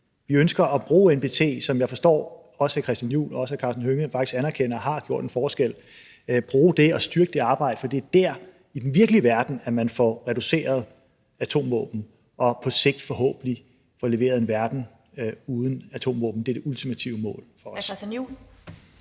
Vi ønsker at bruge NPT – som jeg forstår at hr. Christian Juhl og også hr. Karsten Hønge faktisk anerkender har gjort en forskel – og styrke det arbejde. For det er der – i den virkelige verden – man får reduceret antallet af atomvåben og på sigt forhåbentlig får leveret en verden uden atomvåben. Det er det ultimative mål for os.